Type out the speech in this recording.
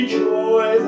joy